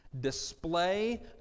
display